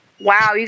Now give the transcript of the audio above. Wow